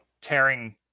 tearing